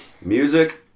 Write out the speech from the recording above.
Music